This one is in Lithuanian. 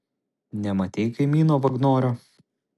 nematei kaimyno vagnorio